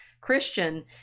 Christian